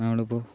നമ്മളിപ്പോൾ